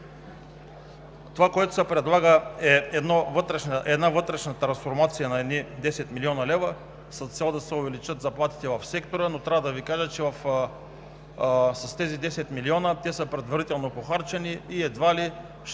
Това, което се предлага, е вътрешна трансформация на едни 10 млн. лв. с цел да се увеличат заплатите в сектора. Но трябва да Ви кажа, че тези 10 милиона са предварително похарчени и едва ли ще